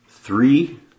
Three